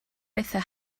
bethau